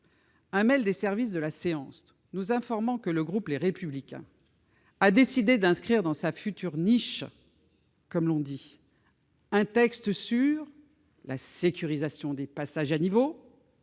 Mail des services de la séance, nous informant que le groupe, les républicains, a décidé d'inscrire dans sa future niches, comme l'on dit un texte sur la sécurisation des passages à niveau,